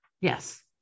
Yes